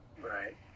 Right